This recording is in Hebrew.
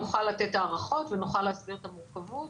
נוכל לתת הערכות ונוכל להסביר את המורכבות.